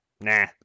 nah